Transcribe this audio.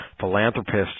philanthropists